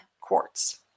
quartz